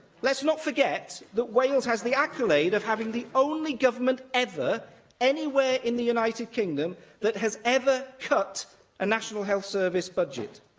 let's not forget that wales has the accolade of having the only government ever anywhere in the united kingdom that has ever cut a national health service budget.